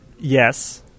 Yes